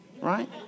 right